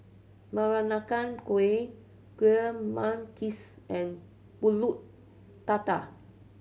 Peranakan Kueh Kuih Manggis and Pulut Tatal